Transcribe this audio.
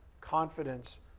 confidence